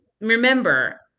Remember